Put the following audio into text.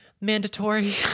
mandatory